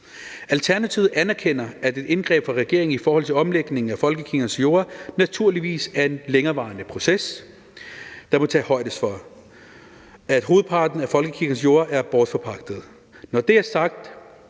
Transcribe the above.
Alternativet anerkender, at et indgreb fra regeringen i forhold til omlægning af folkekirkens jorder naturligvis er en længerevarende proces, og der må tages højde for, at hovedparten af folkekirkens jorder er bortforpagtede. Når det er sagt,